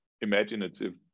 imaginative